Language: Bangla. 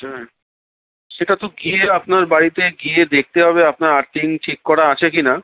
হ্যাঁ সেটা তো গিয়ে আপনার বাড়িতে গিয়ে দেখতে হবে আপনার আর্থিং ঠিক করা আছে কি না